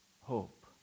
hope